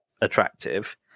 attractive